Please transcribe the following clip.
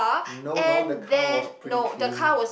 no no the car was pretty clean